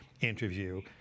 interview